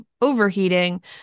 overheating